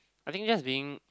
I think that's being